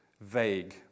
vague